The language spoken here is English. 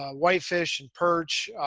ah whitefish and perch.